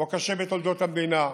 הוא הקשה בתולדות המדינה,